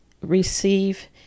receive